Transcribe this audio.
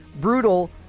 Brutal